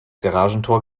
garagentor